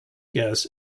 guests